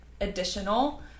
additional